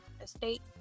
estate